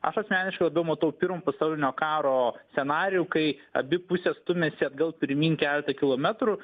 aš asmeniškai labiau matau pirmojo pasaulinio karo scenarijų kai abi pusės stumiasi atgal pirmyn keletą kilometrų